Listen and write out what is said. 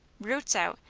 roots out,